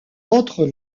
autres